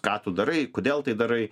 ką tu darai kodėl tai darai